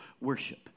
worship